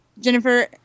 jennifer